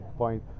point